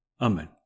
Amen